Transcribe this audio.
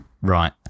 Right